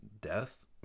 death